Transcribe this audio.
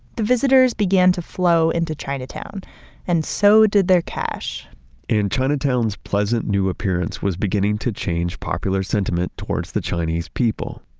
the visitors began to flow into chinatown and so did their cash and chinatown's pleasant new appearance was beginning to change popular sentiment towards the chinese people.